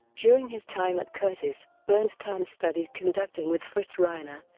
during his time at curtis, bernstein studied conducting with fritz reiner,